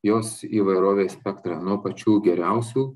jos įvairovės spektrą nuo pačių geriausių